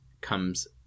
comes